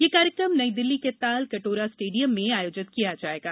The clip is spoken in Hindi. यह कार्यक्रम नई दिल्ली के ताल कटोरा स्टेडियम में आयोजित किया जायेगा